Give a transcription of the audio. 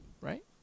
right